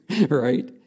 right